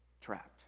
trapped